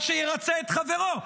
עד שירצה את חברו.